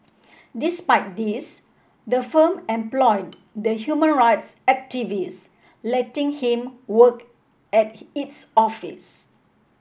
despite this the firm employed the human rights activist letting him work at its office